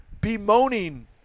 bemoaning